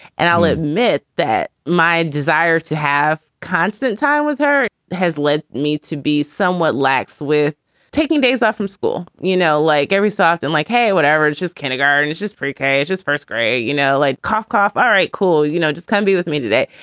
and i'll admit that my desire to have constant time with her has led me to be somewhat lax with taking days off from school. you know, like every so often, like what average is kindergarten? it's just pre-k, ah yeah just first grade. you know, like cough, cough. all right, cool. you know, just come be with me today.